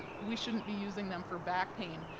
we shouldn't be using them for back pain.